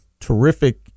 terrific